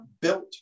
built